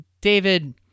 David